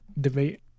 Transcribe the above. debate